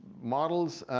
models.